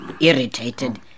irritated